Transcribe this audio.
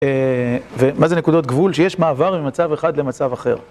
ומה זה נקודות גבול? שיש מעבר ממצב אחד למצב אחר.